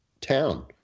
town